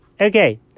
Okay